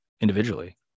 individually